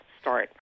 start